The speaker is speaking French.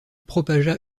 propagea